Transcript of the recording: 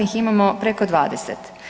ih imamo preko 20.